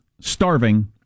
starving